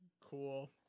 Cool